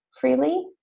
Freely